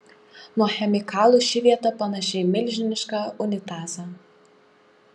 nuo chemikalų ši vieta panaši į milžinišką unitazą